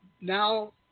now